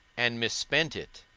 and mispent it,